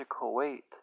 weight